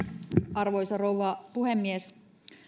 arvoisa rouva puhemies